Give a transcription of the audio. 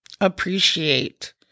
appreciate